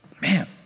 Man